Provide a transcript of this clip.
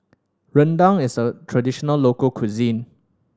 rendang is a traditional local cuisine